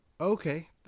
Okay